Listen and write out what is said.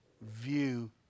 view